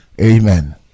Amen